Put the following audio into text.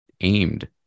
aimed